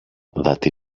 that